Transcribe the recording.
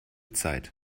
zeit